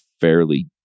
fairly